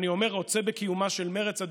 אני אומר "רוצה בקיומה של מרצ",